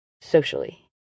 socially